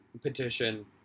petition